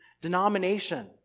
denomination